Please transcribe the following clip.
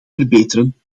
verbeteren